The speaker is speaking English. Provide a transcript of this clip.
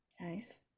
Nice